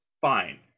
fine